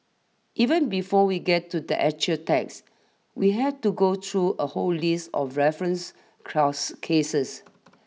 even before we get to the actual text we have to go through a whole list of referenced cross cases